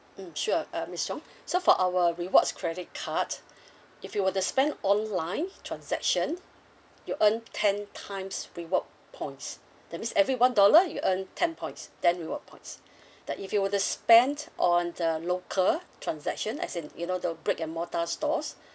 mm sure uh miss chong so for our rewards credit card if you were to spend online transaction you earn ten times reward points that means every one dollar you earn ten points then reward points then if you were to spend on the local transaction as in you know the brick and mortar stores